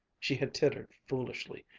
she had tittered foolishly,